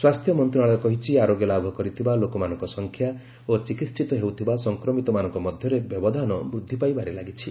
ସ୍ୱାସ୍ଥ୍ୟ ମନ୍ତ୍ରଣାଳୟ କହିଛି ଆରୋଗ୍ୟ ଲାଭ ଭରିଥିବା ଲୋକମାନଙ୍କ ସଂଖ୍ୟା ଓ ଚିକିହିତ ହେଉଥିବା ସଂକ୍ମିତମାନଙ୍କ ମଧ୍ୟରେ ବ୍ୟବଧାନ ବୃଦ୍ଧି ପାଇବାରେ ଲାଗିଛି